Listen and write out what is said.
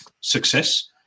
success